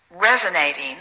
resonating